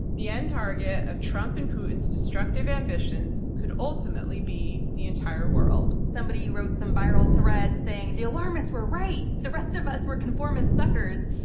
the end target of trump and putin's destructive ambitions could ultimately be the entire world. somebody wrote some viral thread, saying, the alarmists were right! the rest of us were conformist suckers!